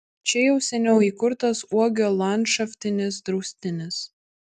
čia jau seniau įkurtas uogio landšaftinis draustinis